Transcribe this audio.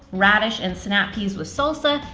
radish and snap peas with salsa,